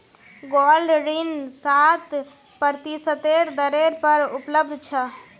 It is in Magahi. गोल्ड ऋण सात प्रतिशतेर दरेर पर उपलब्ध छ